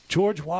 George